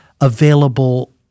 available